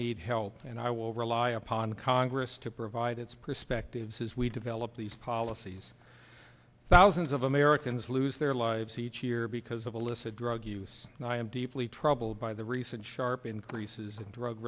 need help and i will rely upon congress to provide its perspectives as we develop these policies thousands of americans lose their lives each year because of illicit drug use and i am deeply troubled by the recent sharp increases in drug